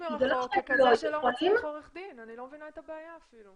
אני לא מבינה את הבעיה.